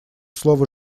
слово